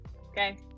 Okay